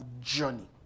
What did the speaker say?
journey